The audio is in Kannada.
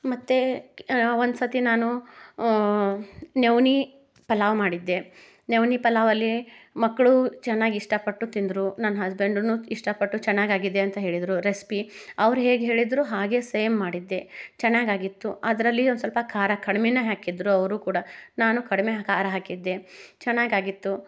ಮತ್ತು ಒಂದು ಸತಿ ನಾನು ನವ್ಣೆ ಪಲಾವ್ ಮಾಡಿದ್ದೆ ನವ್ಣೆ ಪಲಾವ್ ಅಲ್ಲಿ ಮಕ್ಕಳು ಚೆನ್ನಾಗಿ ಇಷ್ಟಪಟ್ಟು ತಿಂದರು ನನ್ನ ಹಸ್ಬೆಂಡುನೂ ಇಷ್ಟಪಟ್ಟು ಚೆನ್ನಾಗಿ ಆಗಿದೆ ಅಂತ ಹೇಳಿದರು ರೆಸ್ಪಿ ಅವ್ರು ಹೇಗೆ ಹೇಳಿದರು ಹಾಗೇ ಸೇಮ್ ಮಾಡಿದ್ದೆ ಚೆನ್ನಾಗಿ ಆಗಿತ್ತು ಅದರಲ್ಲಿ ಒಂದು ಸ್ವಲ್ಪ ಖಾರ ಕಡಿಮೆನೇ ಹಾಕಿದ್ದರು ಅವರೂ ಕೂಡ ನಾನೂ ಕಡಿಮೆ ಖಾರ ಹಾಕಿದ್ದೆ ಚೆನ್ನಾಗಿ ಆಗಿತ್ತು